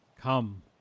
come